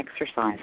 exercise